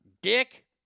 dick